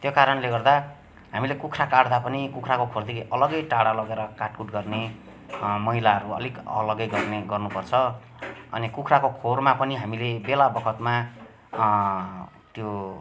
त्यो कारणले गर्दा हामीले कुखुरा काट्दा पनि कुखुराको खोरदेखि अलगै टाढा लगेर काटकुट गर्ने मैलाहरू अलिक अलगै गर्ने गर्नुपर्छ अनि कुखुराको खोरमा पनि हामीले बेला बखतमा त्यो